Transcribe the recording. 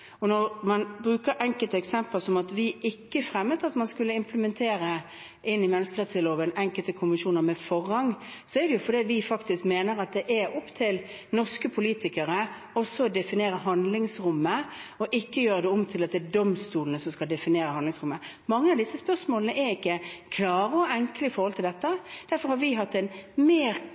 Og når man bruker enkelteksempler som at vi ikke fremmet at man skulle implementere inn i menneskerettsloven enkelte konvensjoner med forrang, er det fordi vi mener at det er opp til norske politikere å definere handlingsrommet, og ikke at det er domstolene som skal definere handlingsrommet. Mange av disse spørsmålene er ikke klare og enkle med hensyn til dette. Derfor har vi vært mer